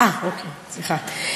אה, אוקיי, סליחה.